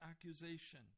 accusation